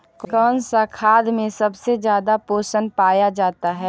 कौन सा खाद मे सबसे ज्यादा पोषण पाया जाता है?